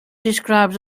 describes